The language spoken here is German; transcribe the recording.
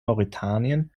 mauretanien